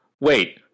wait